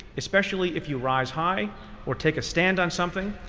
especially if you rise high or take a stand on something.